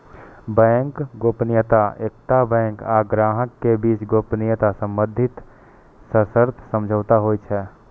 bank गोपनीयता एकटा bank आ ग्राहक के बीच गोपनीयता संबंधी सशर्त समझौता होइ छै